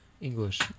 English